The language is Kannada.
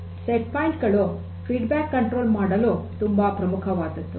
ಸೆಟ್ ಪಾಯಿಂಟ್ಸ್ ಗಳು ಪ್ರತಿಕ್ರಿಯೆ ನಿಯಂತ್ರಣ ಮಾಡಲು ತುಂಬಾ ಪ್ರಮುಖವಾದದ್ದು